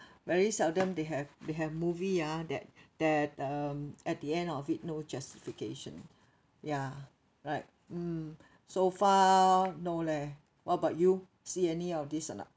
very seldom they have they have movie ah that that um at the end of it no justification ya right mm so far no leh what about you see any of this or not